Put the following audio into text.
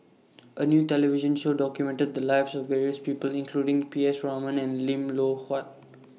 A New television Show documented The Lives of various People including P S Raman and Lim Loh Huat